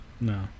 No